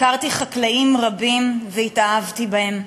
הכרתי חקלאים רבים והתאהבתי בהם.